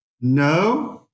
no